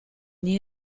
nie